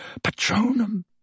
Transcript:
Patronum